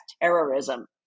terrorism